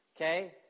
Okay